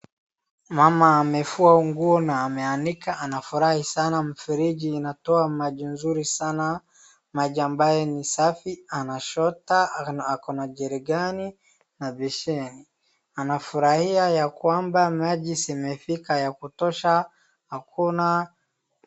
Mama amefua nguo na ameanika anafurahi sana mfereji inatoa maji nzuri sana, maji ambayo ni safi, anachota, ako na jerikani na besheni. Anafurahia ya kwamba maji imefika ya kutosha.